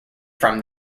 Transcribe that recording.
from